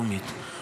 הלאומית דרשה: